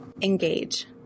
Engage